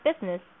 business